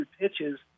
pitches